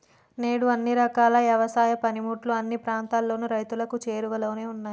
నేడు అన్ని రకాల యవసాయ పనిముట్లు అన్ని ప్రాంతాలలోను రైతులకు చేరువలో ఉన్నాయి